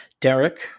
Derek